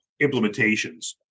implementations